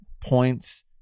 points